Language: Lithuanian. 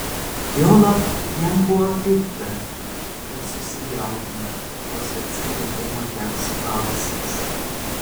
juolab jam buvo pikta kad susijaudino vos atsiliepė moters balsas